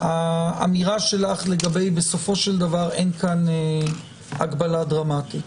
האמירה שלך שבסופו של דבר אין כאן הגבלה דרמטית.